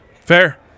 Fair